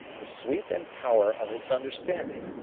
the sweep and power of his understanding.